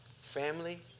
Family